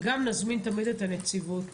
וגם נזמין תמיד את הנציבות,